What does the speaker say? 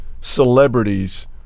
celebrities